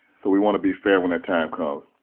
so we want to be fair when that time comes,